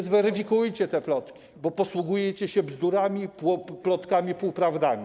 To zweryfikujcie te plotki, bo posługujecie się bzdurami, plotkami, półprawdami.